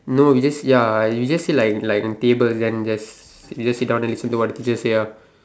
no we just ya you just sit like like table then just you just sit down then listen to what the teacher say ah